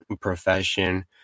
profession